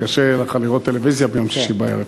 קשה לך לראות טלוויזיה ביום שישי בערב.